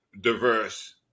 diverse